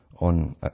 on